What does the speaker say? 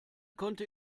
konnte